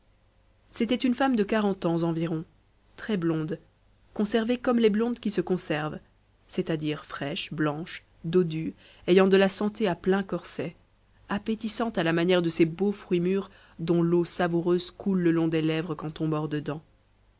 c'était une femme de quarante ans environ très blonde conservée comme les blondes qui se conservent c'est-à-dire fraîche blanche dodue ayant de la santé à plein corset appétissante à la manière de ces beaux fruits murs dont l'eau savoureuse coule le long des lèvres quand on mort dedans